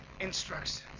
instructions